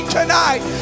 tonight